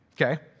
Okay